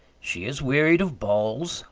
she is wearied of balls,